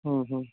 हं हं